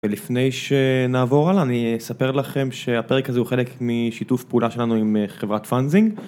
ולפני שנעבור הלאה, אני אספר לכם שהפרק הזה הוא חלק משיתוף פעולה שלנו עם חברת פאנזינג.